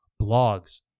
blogs